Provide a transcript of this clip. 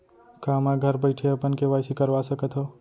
का मैं घर बइठे अपन के.वाई.सी करवा सकत हव?